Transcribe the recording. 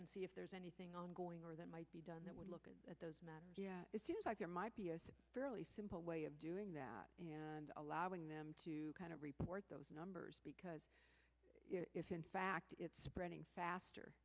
and see if there's anything ongoing or that might be done that we're looking at it seems like there might be a fairly simple way of doing that and allowing them to kind of report those numbers because if in fact it's spreading faster